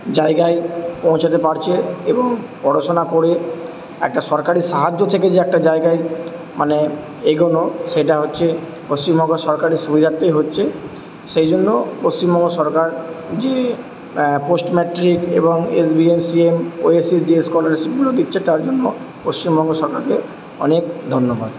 জায়গায় পৌঁছাতে পারছে এবং পড়াশোনা করে একটা সরকারি সাহায্য থেকে যে একটা জায়গায় মানে এগোনো সেটা হচ্ছে পশ্চিমবঙ্গ সরকারের সুবিধার্থেই হচ্ছে সেই জন্য পশ্চিমবঙ্গ সরকার যে পোস্ট ম্যাট্রিক এবং S B N C M oasis যে স্কলারশিপগুলো দিচ্ছে তার জন্য পশ্চিমবঙ্গ সরকারকে অনেক ধন্যবাদ